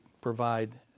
provide